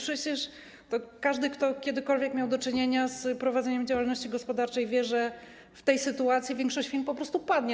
Przecież każdy, kto kiedykolwiek miał do czynienia z prowadzeniem działalności gospodarczej, wie, że w tej sytuacji większość firm po prostu padnie.